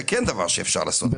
זה כן דבר שאפשר לעשות.